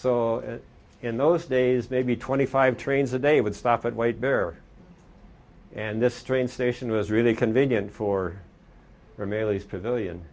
so in those days maybe twenty five trains a day would stop and wait there and this train station was really convenient for